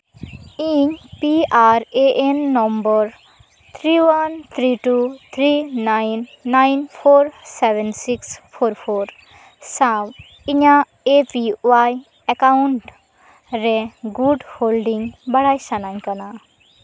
ᱤᱧ P R A N number three one three two three nine nine four seven six four four ᱥᱟᱶ ᱤᱧᱟᱹᱜ A P Y account ᱨᱮ good holding ᱵᱟᱲᱟᱭ ᱥᱟᱱᱟᱧ ᱠᱟᱱᱟ